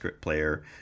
player